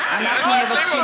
אתם רשאים להגיד,